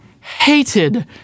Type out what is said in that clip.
hated